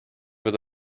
wird